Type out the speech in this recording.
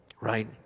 right